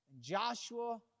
Joshua